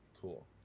Cool